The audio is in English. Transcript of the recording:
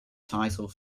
title